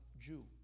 Jew